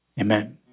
amen